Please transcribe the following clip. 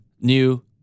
New